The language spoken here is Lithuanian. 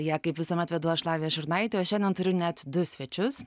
ją kaip visuomet vedu aš lavija šurnaitė o šiandien turiu net du svečius